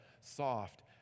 soft